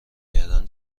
کردن